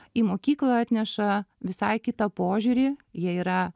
į mokyklą atneša visai kitą požiūrį jie yra